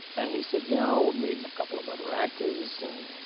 and he said, you know, we're meeting a couple of other actors, and